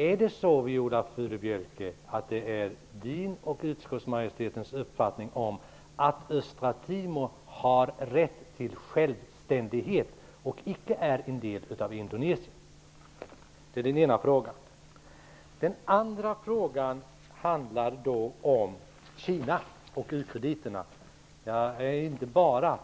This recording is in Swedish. Är det Viola Furubjelkes och utskottsmajoritetens uppfattning att Östra Timor har rätt till självständighet och icke är en del av Indonesien? Det är den ena frågan. Den andra frågan handlar om Kina och ukrediterna. Inte bara